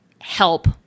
help